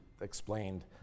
explained